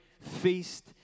feast